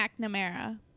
McNamara